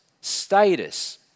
status